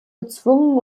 gezwungen